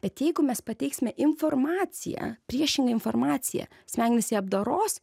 bet jeigu mes pateiksime informaciją priešingą informaciją smegenys ją apdoros